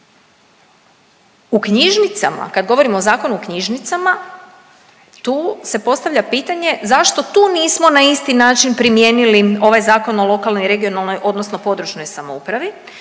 U knjižnicama, kad govorimo o Zakonu o knjižnicama, tu se postavlja pitanje zašto tu nismo na isti način primijenili ovaj Zakon o lokalnoj i regionalnoj odnosno područnoj samoupravi,